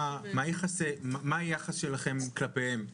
מה היחס שלכם כלפיהם?